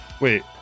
wait